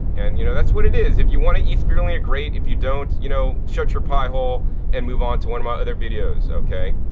and, you know, that's what it is. if you want to eat spirulina, great. if you don't, you know, shut your pothole and move on to one of my other videos, okay.